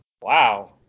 Wow